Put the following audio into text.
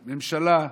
ממשלה,